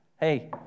Hey